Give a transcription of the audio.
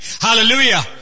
Hallelujah